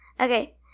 Okay